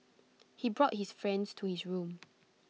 he brought his friends to his room